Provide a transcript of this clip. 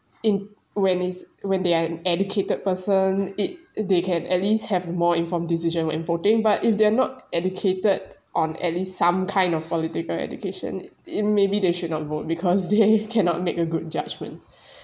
in when it's when they are educated person it they can at least have more informed decision when voting but if they are not educated on at least some kind of political education it maybe they should not vote because they cannot make a good judgment